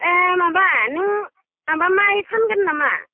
ए माबा नों माबा माइ फानगोन नामा